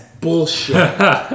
bullshit